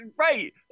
right